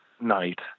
night